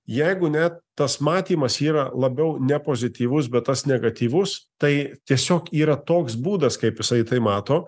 jeigu net tas matymas yra labiau ne pozityvus bet tas negatyvus tai tiesiog yra toks būdas kaip jisai tai mato